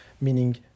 meaning